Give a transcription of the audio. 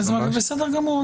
בסדר גמור.